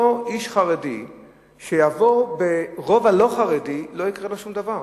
אותו איש חרדי שיעבור ברובע לא חרדי לא יקרה לו שום דבר,